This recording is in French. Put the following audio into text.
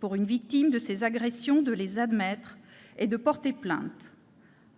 pour une victime de ces agressions de les admettre et de porter plainte.